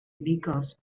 because